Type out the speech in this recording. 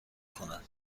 کنن